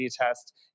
test